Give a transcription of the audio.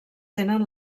tenen